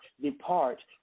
depart